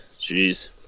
Jeez